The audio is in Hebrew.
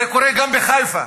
זה קורה גם בחיפה,